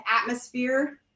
atmosphere